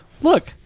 Look